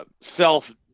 Self